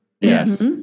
yes